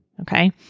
okay